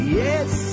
yes